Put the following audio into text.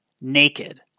naked